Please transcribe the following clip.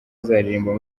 azaririmba